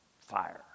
fire